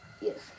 Yes